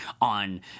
on